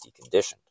deconditioned